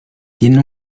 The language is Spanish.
tiene